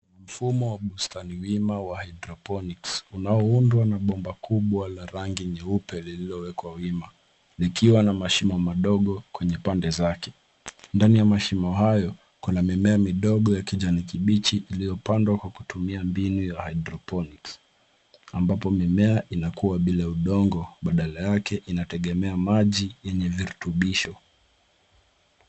Mfumo wa bustani wima hydroponics una bomba kubwa ya rangi nyeupe iliowekwa wima ikiwa na mashimo madogo kwenye pande zake, ndani ya mashimo hayo kuna mimea midogo ya kijani kibichi iliyopandwa kwa kutumia mbinu ya hydroponics ambapo mimea inamea bila udongo badala yake inatengemea maji yenye virutubisho.